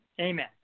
Amen